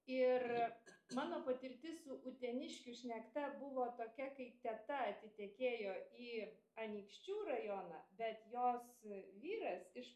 ir mano patirtis su uteniškių šnekta buvo tokia kai teta atitekėjo į anykščių rajoną bet jos vyras iš